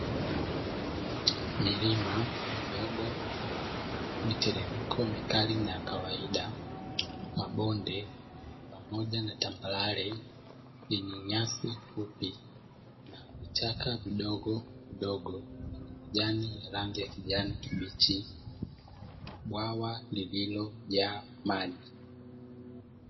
Milima midogo, miteremko mikali na yakawaida, mabonde pamoja na tambarare yenye nyasi fupi na vichaka vidogo vidogo vyenye rangi ya kijani kibichi na bwawa lililojaa maji.